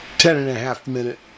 Ten-and-a-half-minute